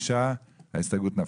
5. הצבעה לא אושר ההסתייגות נפלה.